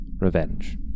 revenge